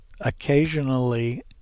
occasionally